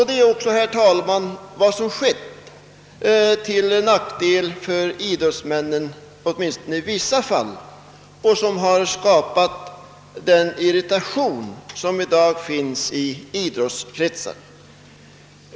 Det är också vad som skett, till nackdel för idrottsmän nen åtminstone i vissa fall — och som skapat den irritation som i dag :åder i idrottskretsar.